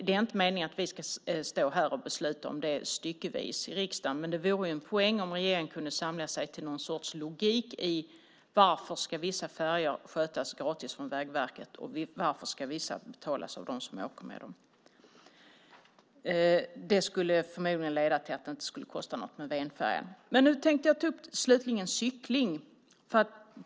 Det är inte meningen att vi ska stå här och besluta om detta styckevis i riksdagen, men det vore en poäng om regeringen kunde samla sig till någon sorts logik när det gäller varför vissa färjor ska skötas gratis av Vägverket och vissa ska betalas av dem som åker med dem. Det skulle förmodligen leda till att Venfärjan inte skulle kosta något. Slutligen tänkte jag ta upp cykling.